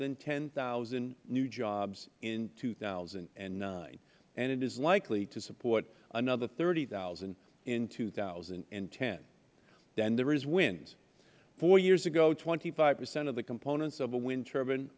than ten thousand new jobs in two thousand and nine and it is likely to support another thirty thousand in two thousand and ten then there is wind four years ago twenty five percent of the components of a win